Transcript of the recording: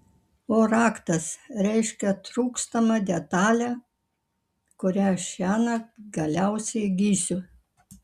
o raktas reiškia trūkstamą detalę kurią šiąnakt galiausiai įgysiu